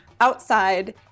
outside